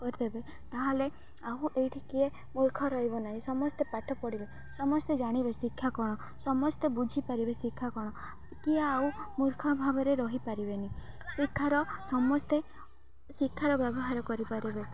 କରିଦେବେ ତା'ହେଲେ ଆଉ ଏଇଠି କିଏ ମୂର୍ଖ ରହିବ ନାହିଁ ସମସ୍ତେ ପାଠ ପଢ଼ିବେ ସମସ୍ତେ ଜାଣିବେ ଶିକ୍ଷା କଣ ସମସ୍ତେ ବୁଝିପାରିବେ ଶିକ୍ଷା କ'ଣ କିଏ ଆଉ ମୂର୍ଖ ଭାବରେ ରହିପାରିବେନି ଶିକ୍ଷାର ସମସ୍ତେ ଶିକ୍ଷାର ବ୍ୟବହାର କରିପାରିବେ